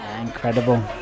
Incredible